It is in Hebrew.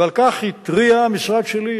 ועל כך התריע המשרד שלי,